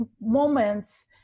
moments